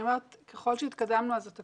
תכתבי לנו אולי על איזה סעיף במיוחד את רוצה